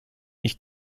ich